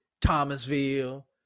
Thomasville